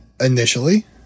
initially